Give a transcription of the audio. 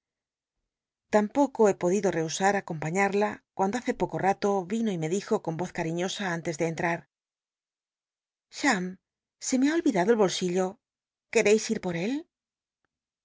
tampoco he podido rchusarncompaiíarla cuando hace poco ralo ri no y me dijo con voz cariñosa antes de entrar jim se me ha ohidatlo el bolsillo r uctcis ir pot él